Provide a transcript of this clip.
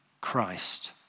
Christ